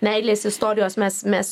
meilės istorijos mes mes